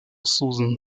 susan